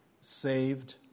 saved